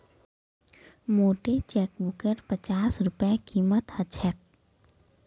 मोटे चेकबुकेर पच्चास रूपए कीमत ह छेक